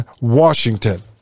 washington